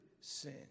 sin